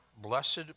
blessed